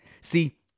See